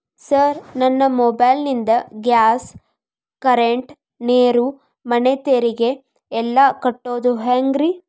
Sir ನನ್ನ mobile ನಿಂದ gas, current, ನೇರು, ಮನೆ ತೆರಿಗೆ ಎಲ್ಲಾ ಕಟ್ಟೋದು ಹೆಂಗ್ರಿ?